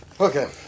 Okay